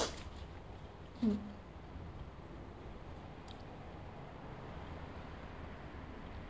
mm